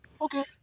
okay